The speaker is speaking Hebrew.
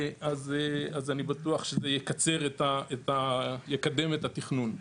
אז אני בטוח שזה יקצר ויקדם את התכנון.